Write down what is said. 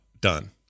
done